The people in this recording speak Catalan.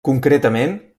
concretament